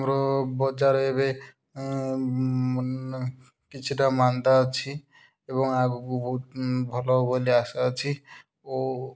ଆମର ବଜାର ଏବେ କିଛିଟା ମାନ୍ଦା ଅଛି ଏବଂ ଆଗକୁ ବହୁତ ଭଲ ହେବ ବୋଲି ଆଶା ଅଛି ଓ